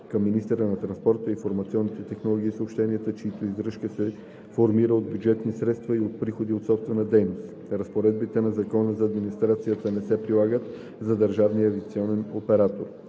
към министъра на транспорта, информационните технологии и съобщенията, чиято издръжка се формира от бюджетни средства и от приходи от собствена дейност. Разпоредбите на Закона за администрацията не се прилагат за Държавния авиационен оператор.“